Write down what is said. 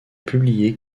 publiée